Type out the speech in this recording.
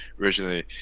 originally